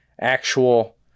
actual